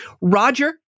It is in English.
Roger